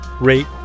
rate